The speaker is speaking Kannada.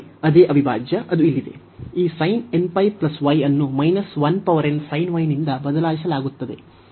ಈ ಅನ್ನು ನಿಂದ ಬದಲಾಯಿಸಲಾಗುತ್ತದೆ